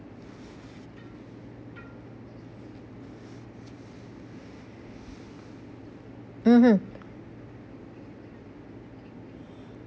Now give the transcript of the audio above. mmhmm